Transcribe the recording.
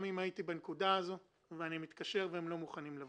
כניסה לחצרות וכניסה לעסקים והם יכולים להביא